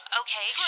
okay